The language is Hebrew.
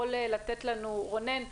רונן קרסו,